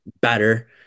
better